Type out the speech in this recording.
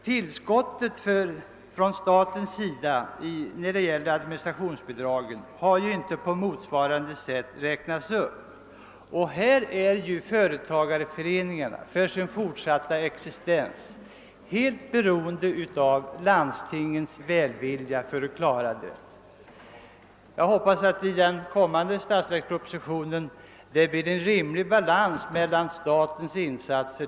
Tillskottet från staten i form av administrationsbidrag har emellertid inte räknats upp på motsvarande sätt, och här är företagarföreningarna för sin fortsatta existens helt beroende av landstingens välvilja. Jag hoppas att den kommande statsverkspropositionen åstadkommer en rimlig balans mellan statens och landstingens insatser.